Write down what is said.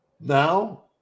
Now